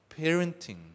parenting